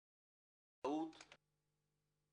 אני חושב שיהיה טעות להכריע כעת.